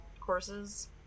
courses